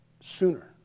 sooner